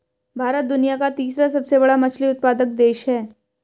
भारत दुनिया का तीसरा सबसे बड़ा मछली उत्पादक देश है